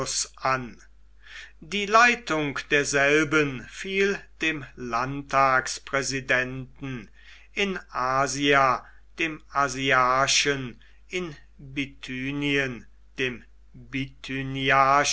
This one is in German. an die leitung derselben fiel dem landtagspräsidenten in asia dem asiarchen in bithynien dem